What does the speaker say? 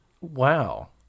Wow